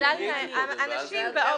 את תקראי את זה קודם ואז --- בסדר,